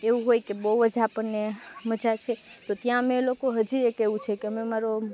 એવું હોય કે બહું જ આપણને મજા છે તો ત્યાં અમે લોકો હજી એક એવું છે કે મેં મારું